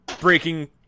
breaking